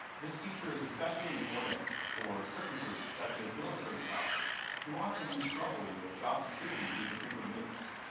this feature is especially important for certain groups, such as military spouses who often struggle with job security due to frequent moves.